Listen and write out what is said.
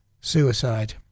suicide